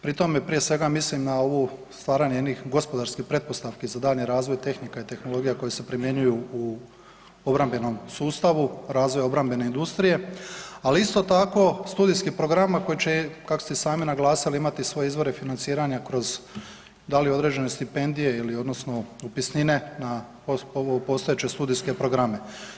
Pri tome prije svega mislim na … stvaranje gospodarskih pretpostavih za daljnji razvoj tehnika i tehnologija koje se primjenjuju u obrambenom sustavu, razvoja obrambene industrije, ali isto tako studijskih programa koji će, kako ste i sami naglasili, imati svoje izvore financiranja kroz da li određene stipendije odnosno upisnine na ove postojeće studijske programe.